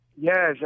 Yes